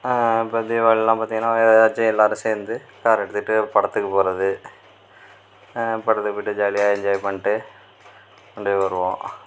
இப்போ தீபாவளிலாம் பார்த்திங்கன்னா எல்லாரும் சேர்ந்து கார் எடுத்துக்கிட்டு ஒரு படத்துக்கு போறது படத்துக்கு போய்ட்டு ஜாலியாக என்ஜாய் பண்ணிட்டு அப்படியே வருவோம்